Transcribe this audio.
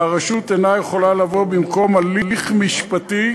והרשות אינה יכולה לבוא במקום הליך משפטי